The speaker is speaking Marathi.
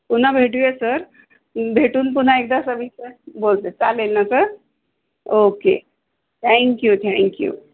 पुन्हा भेटूया सर भेटून पुन्हा एकदा सविस्तर बोलते चालेल ना सर ओके थँक्यू थँक्यू